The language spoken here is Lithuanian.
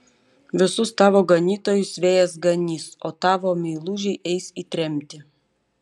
visus tavo ganytojus vėjas ganys o tavo meilužiai eis į tremtį